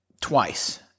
twice